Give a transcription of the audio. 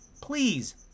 Please